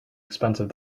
expensive